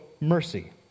mercy